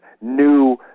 new